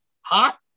hot